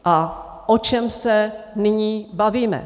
A o čem se nyní bavíme?